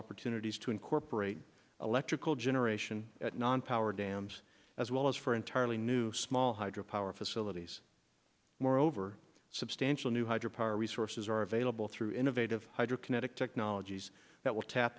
opportunities to incorporate electrical generation non power dams as well as for entirely new small hydro power facilities moreover substantial new hydro power resources are available through innovative hydro kinetic technologies that will tap